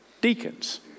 deacons